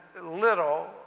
little